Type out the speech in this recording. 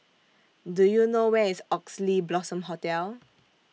Do YOU know Where IS Oxley Blossom Hotel